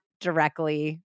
directly